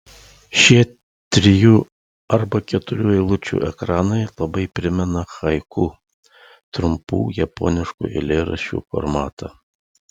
šie trijų arba keturių eilučių ekranai labai primena haiku trumpų japoniškų eilėraščių formatą